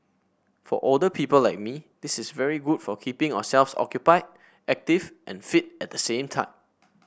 for older people like me this is very good for keeping ourselves occupied active and fit at the same time